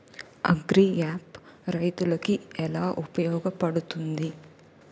Agri app రైతులకి ఏలా ఉపయోగ పడుతుంది?